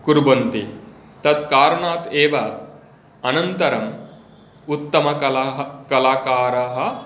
कुर्वन्ति तत् कारणात् एव अनन्तरम् उत्तमकलाः कलाकाराः